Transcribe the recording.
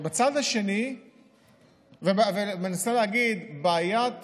אני מנסה להגיד שבעיית